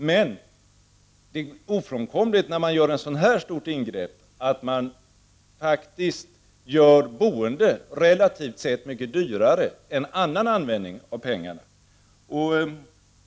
Men det är faktiskt ofrånkomligt att man med ett sådant här stort ingrepp gör boendet relativt sett mycket dyrare än annan användning av pengar.